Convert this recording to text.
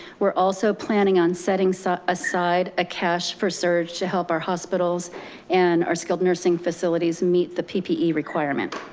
we're also planning on setting so aside a cash for surge to help our hospitals and our skilled nursing facilities meet the ppe requirement.